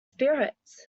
spirits